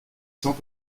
sans